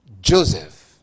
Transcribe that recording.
Joseph